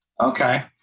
Okay